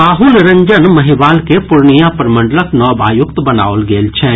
राहुल रंजन महिवाल के पूर्णिया प्रमंडलक नव आयुक्त बनाओल गेल छनि